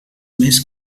més